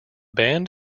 band